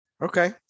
Okay